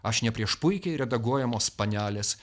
aš ne prieš puikiai redaguojamos panelės